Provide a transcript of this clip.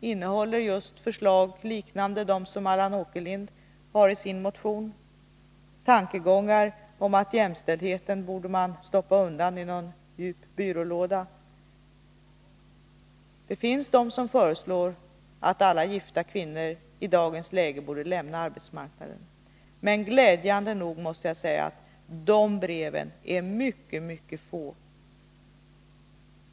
innehåller förslag liknande dem som Allan Åkerlind för fram i sin motion — tankegångar om att jämställdheten borde man stoppa undan i någon byrålåda. Det finns de som föreslår att alla gifta kvinnor i dagens läge skall lämna arbetsmarknaden. Men glädjande nog måste jag säga att de breven är mycket, mycket få.